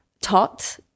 taught